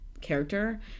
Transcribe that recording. character